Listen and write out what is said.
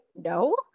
No